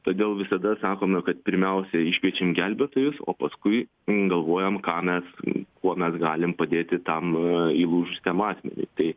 todėl visada sakome kad pirmiausia iškviečiam gelbėtojus o paskui galvojom ką mes kuo mes galim padėti tam įlūžusiam asmeniui tai